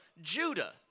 Judah